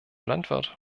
landwirt